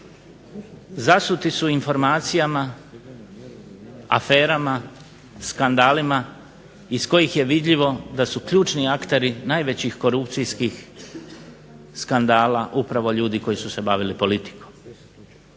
zasuti su informacijama, aferama, skandalima iz kojih je vidljivo da su ključni akteri najvećih korupcijskih skandala upravo ljudi koji su se bavili politikom.